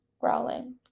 growling